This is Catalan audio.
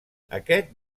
aquest